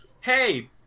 hey